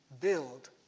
build